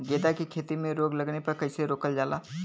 गेंदा की खेती में रोग लगने पर कैसे रोकल जाला?